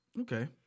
Okay